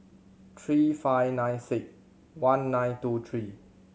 three five nine six one nine two three